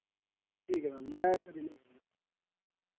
ठीक ऐ मैम में